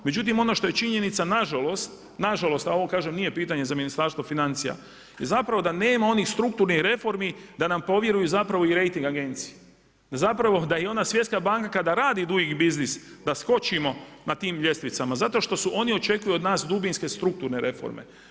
Međutim, ono što je činjenica na žalost, na žalost, a kažem nije pitanje za Ministarstvo financija zapravo da nema onih strukturnih reformi da nam povjeruju zapravo i reiting agencije da zapravo i ona Svjetska banka kada radi duing busines da skočimo na tim ljestvicama zato što oni očekuju od nas dubinske strukturne reforme.